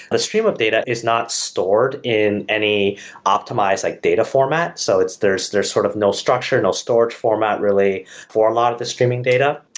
the stream of data is not stored in any optimized like data format, so there's there sort of no structure, no storage format really for a lot of the streaming data.